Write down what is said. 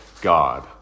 God